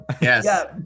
Yes